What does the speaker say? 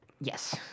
Yes